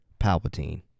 Palpatine